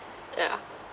yeah